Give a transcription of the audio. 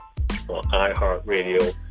iHeartRadio